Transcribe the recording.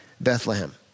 Bethlehem